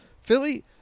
Philly